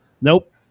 Nope